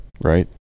Right